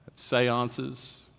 seances